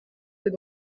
des